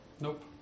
Nope